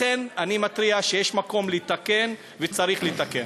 לכן אני מתריע שיש מקום לתקן וצריך לתקן.